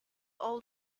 old